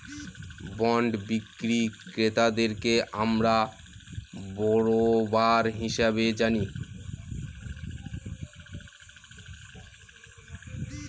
bond বিক্রি ক্রেতাদেরকে আমরা বেরোবার হিসাবে জানি